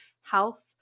health